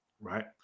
right